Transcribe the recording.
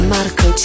Marco